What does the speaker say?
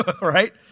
Right